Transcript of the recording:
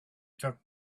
took